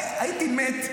הייתי מת,